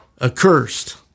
accursed